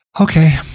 okay